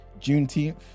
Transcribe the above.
Juneteenth